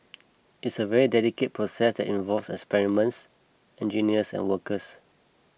it's a very delicate process that involves experience engineers and workers